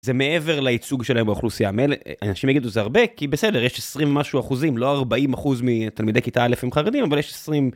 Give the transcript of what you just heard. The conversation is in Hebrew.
זה מעבר לייצוג שלהם אוכלוסייה מלא אנשים יגידו זה הרבה כי בסדר יש 20 משהו אחוזים לא 40 אחוז מתלמידי כיתה א' הם חרדים אבל יש 20...